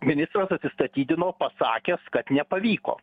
ministras atsistatydino pasakęs kad nepavyko